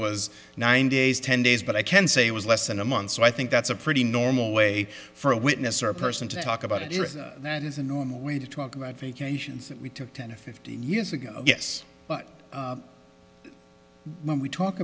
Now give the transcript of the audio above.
was nine days ten days but i can say it was less than a month so i think that's a pretty normal way for a witness or a person to talk about it that is a normal way to talk about vacations that we took ten or fifteen years ago yes but when we talk